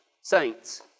saints